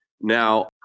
Now